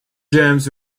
gems